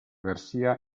garcia